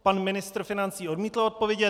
Pan ministr financí odmítl odpovědět.